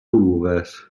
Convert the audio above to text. oluges